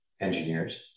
engineers